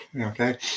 Okay